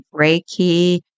Reiki